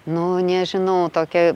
nu nežinau tokią